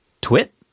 Twit